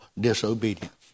disobedience